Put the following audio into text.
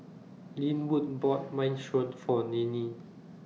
Linwood bought Minestrone For Ninnie